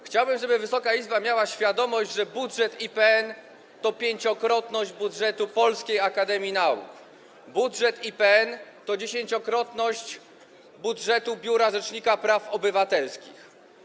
Chciałbym, żeby Wysoka Izba miała świadomość, że budżet IPN to pięciokrotność budżetu Polskiej Akademii Nauk, budżet IPN to dziesięciokrotność budżetu Biura Rzecznika Praw Obywatelskich.